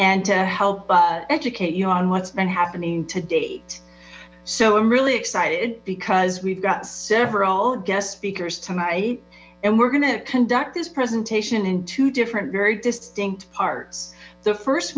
and to help educate you on what's been happening to date so i'm really excited because we've got several guest speakers tonight and we're going to conduct this presentation in two different very distinct parts the first